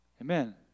Amen